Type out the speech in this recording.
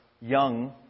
young